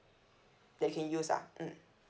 that can use ah mm